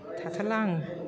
थाथारला आं